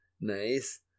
Nice